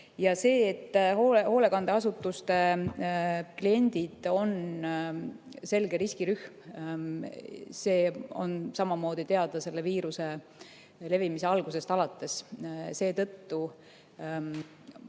Ja see, et hoolekandeasutuste kliendid on selge riskirühm, on samamoodi teada selle viiruse levimise algusest alates. Seetõttu